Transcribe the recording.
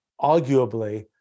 arguably